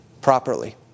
properly